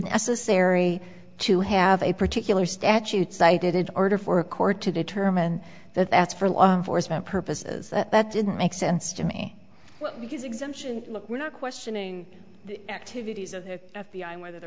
necessary to have a particular statute cited in order for a court to determine that that's for law enforcement purposes that didn't make sense to me because exemption we're not questioning the activities of the f b i whether the